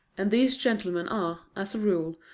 and these gentlemen are, as a rule,